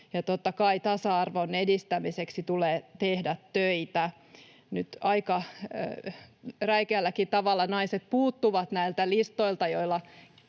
totta kai tasa-arvon edistämiseksi tulee tehdä töitä. Nyt aika räikeälläkin tavalla naiset puuttuvat näiltä listoilta,